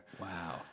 wow